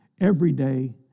everyday